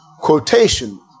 quotation